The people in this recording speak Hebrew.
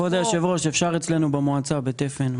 כבוד היושב ראש, אפשר אצלנו במועצה בתפן.